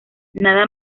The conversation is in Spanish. nada